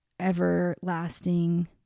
everlasting